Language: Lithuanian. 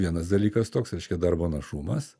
vienas dalykas toks reiškia darbo našumas